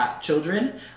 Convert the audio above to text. children